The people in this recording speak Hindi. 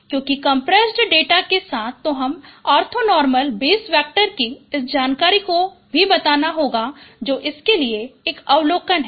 क्योंकि कम्प्रेशड डेटा के साथ तो हमें ऑर्थोनॉर्मल बेस वैक्टर की इस जानकारी को भी बताना होगा जो इसके लिए एक अवलोकन है